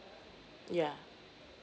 yeah